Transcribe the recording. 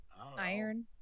iron